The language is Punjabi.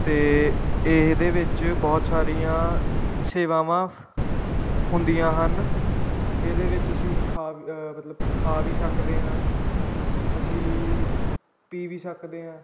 ਅਤੇ ਇਹਦੇ ਵਿੱਚ ਬਹੁਤ ਸਾਰੀਆਂ ਸੇਵਾਵਾਂ ਹੁੰਦੀਆਂ ਹਨ ਇਹਦੇ ਵਿੱਚ ਅਸੀਂ ਖਾ ਮਤਲਬ ਖਾ ਵੀ ਸਕਦੇ ਹਾਂ ਅਸੀਂ ਪੀ ਵੀ ਸਕਦੇ ਹਾਂ